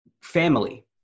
family